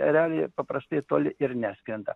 ereliai paprastai toli ir neskrenda